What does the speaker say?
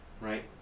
right